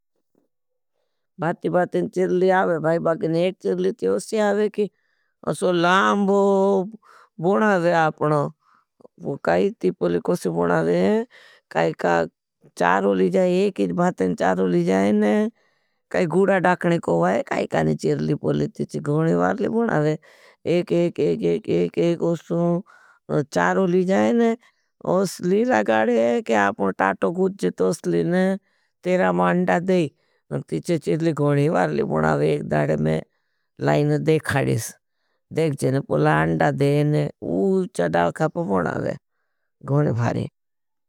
भाती भाते चिरली आवे, भाई बागेन एक चिरली ती ओसी आवे की। असो लाम भो बोनावे आपनो काई ती पोली कोसी बोनावे। काई का चारो लीजाए, एक एक भाते चारो लीजाए ने। काई डुडा डाकने को आये काये काये न चेरली पुरली टी की घुड़ली वाड़े बुड़ा वे। एक एक एक एक एक ओसो चारों ली जाइन। उसली लगाडे आपनो टाटो कूछ जेत उसली ने तेरा मा अंड़ा देख। तीछे चिरली गोनी बारली बोनावे एक दाड़े में लाईन देख। खाड़ीस देख जेने पोला अंड़ा देख ने उच्छा डाल खापं बोनावे गोनी भारी।